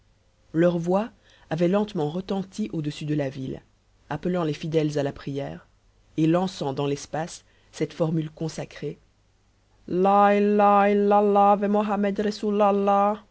leur voix avait lentement retenti au-dessus de la ville appelant les fidèles à la prière et lançant dans l'espace cette formule consacrée